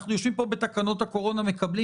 אנחנו יושבים פה בתקנות הקורונה ומקבלים